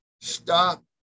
Stop